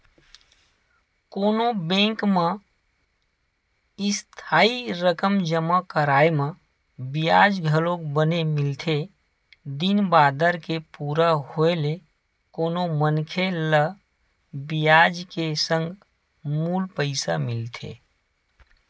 कोनो बेंक म इस्थाई रकम जमा कराय म बियाज घलोक बने मिलथे दिन बादर के पूरा होय ले कोनो मनखे ल बियाज के संग मूल पइसा मिलथे